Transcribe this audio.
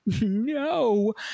no